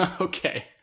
okay